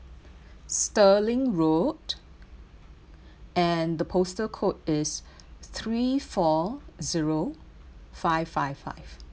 sterling road and the postal code is three four zero five five five